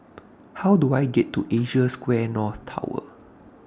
How Do I get to Asia Square North Tower